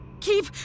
Keep